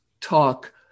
talk